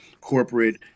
corporate